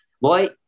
boy